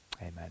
Amen